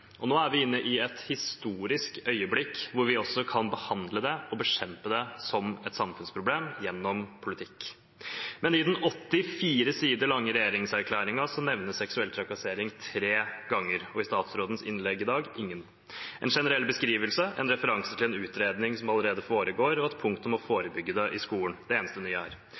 det. Nå er vi inne i et historisk øyeblikk, der vi kan behandle det og bekjempe det som et samfunnsproblem gjennom politikk. Men i den 84 sider lange regjeringsplattformen nevnes seksuell trakassering tre ganger, og i statsrådens innlegg i dag ingen. En generell beskrivelse, en referanse til en utredning som allerede foregår, og et punkt om å forebygge det i skolen er det eneste nye her. Derfor vil jeg spørre statsråden om hun er